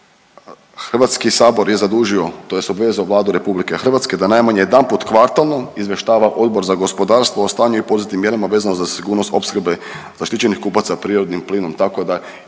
HERA-e, HS je zadužio tj. obvezao Vladu RH da najmanje jedanput kvartalno izvještava Odbor za gospodarstvo o stanju i poduzetim mjerama vezano za sigurnost opskrbe zaštićenih kupaca prirodnim plinom,